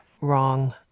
wrong